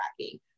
tracking